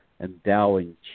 endowing